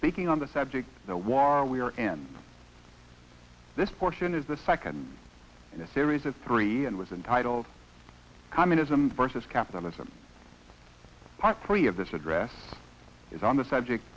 speaking on the subject why are we are in this portion is the second in a series of three and was entitled communism versus capitalism free of this address is on the subject